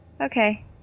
okay